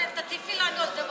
כן, תטיפי לנו על דמוקרטיה?